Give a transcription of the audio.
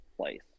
place